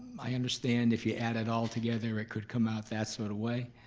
i understand if you add it all together it could come out that sort of way,